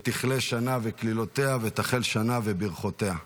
ותכלה שנה וקללותיה ותחל שנה וברכותיה.